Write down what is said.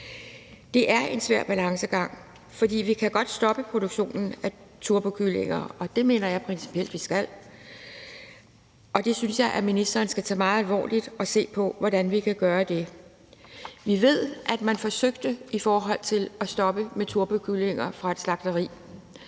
Det er en svær balancegang, for vi kan godt stoppe produktionen af turbokyllinger, og det mener jeg principielt at vi skal, og det synes jeg at ministeren skal tage meget alvorligt og se på hvordan vi kan gøre. Vi ved, at man forsøgte at gøre noget i forhold til at stoppe produktionen af turbokyllinger fra et slagteri.